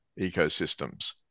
ecosystems